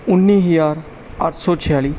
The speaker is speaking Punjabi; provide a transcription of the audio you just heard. ਉੱਨੀ ਹਜ਼ਾਰ ਅੱਠ ਸੌ ਛਿਆਲੀ